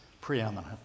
preeminent